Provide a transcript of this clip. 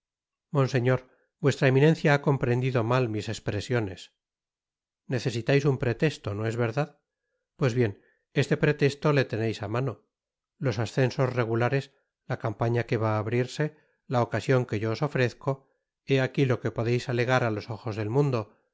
monseñor vuestra eminencia ha comprendido mal mis espresiones necesitais un pretesto no es verdad pues bien este protesto le teneis á mano los ascensos regulares la campaña que va á abrirse la ocasion que yo os ofrezco hé aqui lo que podeis alegar á los ojos del mundo